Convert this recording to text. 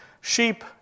Sheep